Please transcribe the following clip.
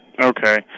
Okay